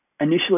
Initially